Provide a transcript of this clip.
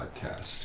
podcast